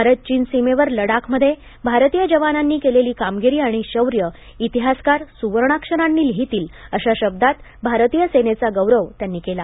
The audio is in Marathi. भारत चीन सीमेवर लडाखमध्ये भारतीय जवानांनी केलेली कामगिरी आणि शौर्य इतिहासकार सुवर्णाक्षरांनी लिहितील अशा शब्दांत भारतीय सेनेचा गौरव त्यांनी केला